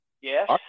Yes